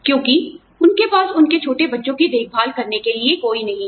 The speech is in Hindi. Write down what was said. क्योंकि उनके पास उनके छोटे बच्चों की देखभाल करने के लिए कोई नहीं है